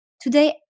Today